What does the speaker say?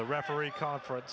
to referee conference